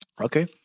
Okay